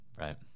Right